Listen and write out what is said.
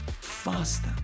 faster